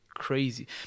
Crazy